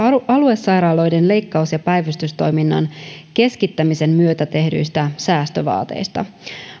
aluesairaaloiden leikkaus ja päivystystoiminnan keskittämisen myötä tehdyistä säästövaateista